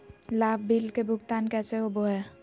लाभ बिल के भुगतान कैसे होबो हैं?